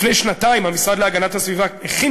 לפני שנתיים המשרד להגנת הסביבה הכין